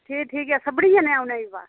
ठीक ठीक सभनीं जनें औना ई बाऽ